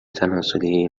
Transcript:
تناسلی